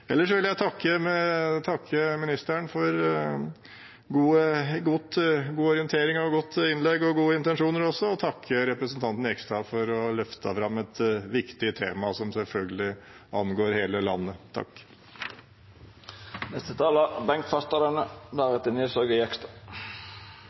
Ellers vil jeg takke ministeren for god orientering, godt innlegg og også gode intensjoner og takke representanten Jegstad for å ha løftet fram et viktig tema, som selvfølgelig angår hele landet.